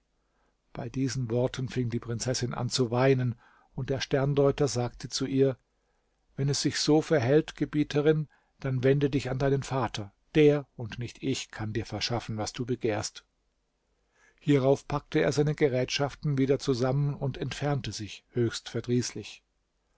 bei diesen worten fing die prinzessin an zu weinen und der sterndeuter sagte zu ihr wenn es sich so verhält gebieterin dann wende dich an deinen vater der und nicht ich kann dir verschaffen was du begehrst hierauf packte er seine gerätschaften wieder zusammen und entfernte sich höchst verdrießlich